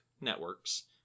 networks